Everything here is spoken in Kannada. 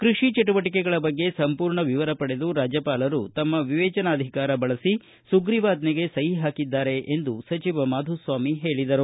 ಕೃಷಿ ಚಟುವಟಿಕೆಗಳ ಬಗ್ಗೆ ಸಂಪೂರ್ಣ ವಿವರ ಪಡೆದು ರಾಜ್ಯಪಾಲರು ತಮ್ಮ ವಿವೇಚನಾಧಿಕಾರ ಬಳಸಿ ಸುಗ್ರೀವಾಜ್ಞೆಗೆ ಸಹಿ ಹಾಕಿದ್ದಾರೆ ಎಂದು ಮಾಧುಸ್ವಾಮಿ ಹೇಳಿದರು